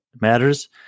matters